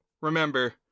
remember